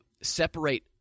separate